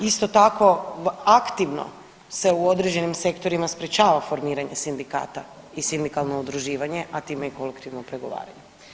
Isto tako aktivno se u određenim sektorima sprječavanje formiranje sindikata i sindikalno udruživanje, a time i kolektivno pregovaranje.